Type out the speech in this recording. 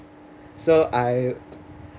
so I